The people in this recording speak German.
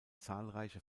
zahlreiche